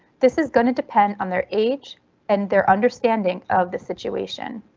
this is going to depend on their age and their understanding of the situation.